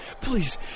Please